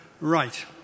Right